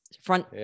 front